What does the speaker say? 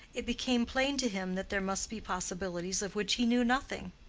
it became plain to him that there must be possibilities of which he knew nothing.